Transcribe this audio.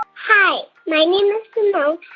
ah hi. my name is simone.